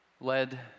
led